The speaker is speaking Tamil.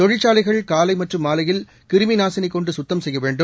தொழிற்சாலைகள் காலை மற்றும் மாலையில் கிருமி நாசினி கொண்டு சுத்தம் செய்ய வேண்டும்